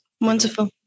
Wonderful